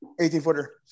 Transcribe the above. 18-footer